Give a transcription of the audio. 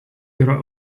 yra